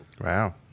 Wow